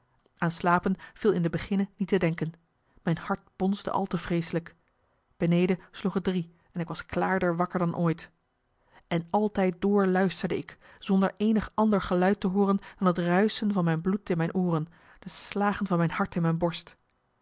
aan slapen viel in de beginne niet te denken mijn hart bonsde al te vreeselijk beneden sloeg t drie en ik was klaarder wakker dan ooit en altijd door luisterde ik zonder eenig ander geluid te hooren dan het ruischen van mijn bloed in mijn ooren de slagen van mijn hart in mijn borst